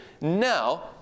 now